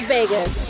Vegas